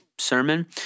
Sermon